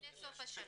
לפני סוף השנה.